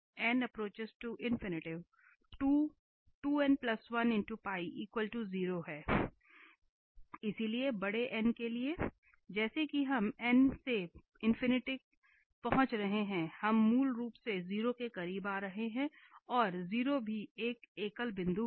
इसलिए बड़े n के लिए जैसा कि हम n से पहुंच रहे हैं हम मूल रूप से 0 के करीब आ रहे हैं और 0 भी एक एकल बिंदु है